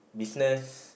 business